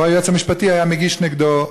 או היועץ המשפטי היה מגיש נגדו,